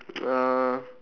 uh